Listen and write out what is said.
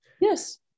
Yes